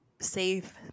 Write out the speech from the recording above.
safe